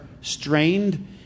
strained